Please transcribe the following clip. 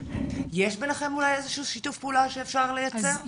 יש בינכם אולי איזשהו שיתוף פעולה שאפשר לייצר?